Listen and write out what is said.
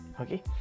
Okay